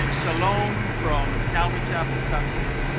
shalom from calvary chapel tustin,